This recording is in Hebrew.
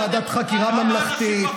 ועדת חקירה ממלכתית,